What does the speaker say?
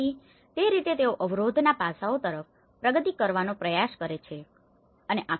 તેથી તે રીતે તેઓ અવરોધના પાસાઓ તરફ પ્રગતિ કરવાનો પ્રયાસ કરે છે